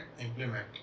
implement